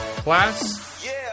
Class